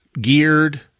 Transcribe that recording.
geared